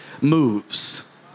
moves